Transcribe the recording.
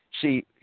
see